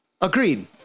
Agreed